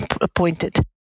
appointed